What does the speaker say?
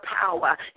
power